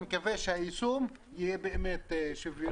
ואני מקווה שהיישום יהיה באמת שוויוני.